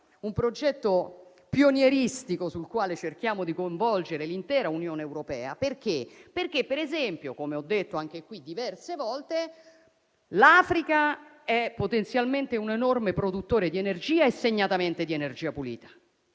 un progetto pionieristico, sul quale cerchiamo di coinvolgere l'intera Unione europea, perché, per esempio, come ho detto anche in questa sede diverse volte, l'Africa è potenzialmente un enorme produttore di energia e, segnatamente, di energia pulita.